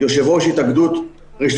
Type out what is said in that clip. אנחנו ממשיכים להסתכל על זה,